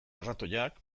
arratoiak